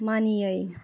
मानियै